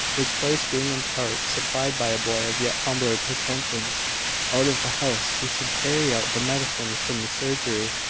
his place being in part supplied by a boy of yet humbler pretensions out of the house, who should carry out the medicines from the surgery,